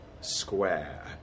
square